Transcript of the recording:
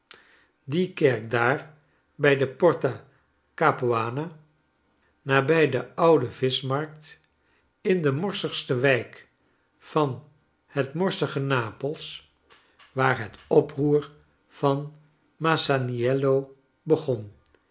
die kerk daar bij de porta capuana nabij de oude vischmarkt in de morsigste wijk van het morsige nap els waar het oproer van masaniello begon